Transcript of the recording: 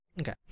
okay